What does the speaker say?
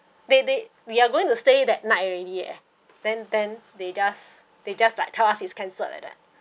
they they we are going to stay that night already eh then then they just they just like tell us is cancelled like that